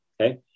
Okay